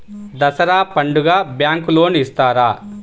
దసరా పండుగ bank loan ఇస్తారా?